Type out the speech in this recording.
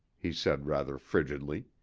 he said rather frigidly.